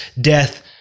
death